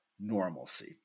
normalcy